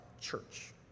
church